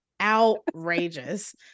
Outrageous